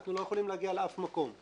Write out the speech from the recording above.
אנחנו לא יכולים להגיע לאף מקום,